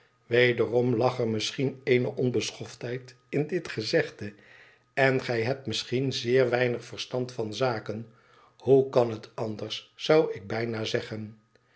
wederom lag er misschien eene onbeschoftheid in dit gezegde ed gij hebt misschien zeer weinig verstand van zaken hoe kan het anders zou ik bijna zeggen